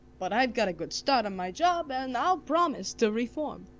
but i've got a good start on my job, and i'll promise to reform.